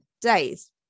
days